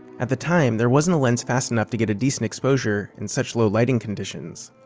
at the time, there wasn't a lens fast enough to get a decent exposure in such low lighting conditions.